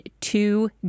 two